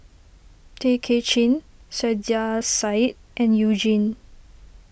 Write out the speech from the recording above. Tay Kay Chin Saiedah Said and You Jin